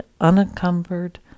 unencumbered